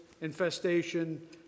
infestation